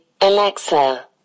Alexa